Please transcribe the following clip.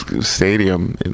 stadium